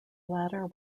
latter